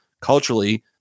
culturally